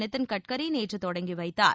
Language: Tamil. நிதின் கட்கரி நேற்று தொடங்கி வைத்தார்